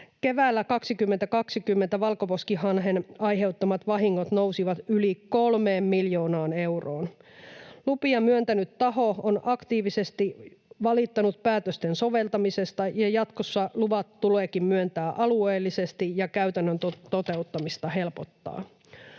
Keväällä 2020 valkoposkihanhen aiheuttamat vahingot nousivat yli kolmeen miljoonaan euroon. Lupia myöntänyt taho on aktiivisesti valittanut päätösten soveltamisesta, ja jatkossa luvat tuleekin myöntää alueellisesti ja käytännön toteuttamista helpottaa.